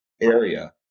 area